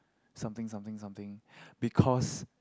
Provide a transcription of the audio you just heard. something something something because